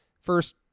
first